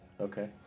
Okay